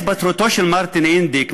התפטרותו של מרטין אינדיק,